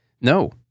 No